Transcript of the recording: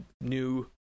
new